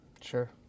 Sure